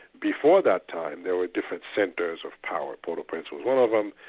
before that time there were different centres of power. port au prince was one of them,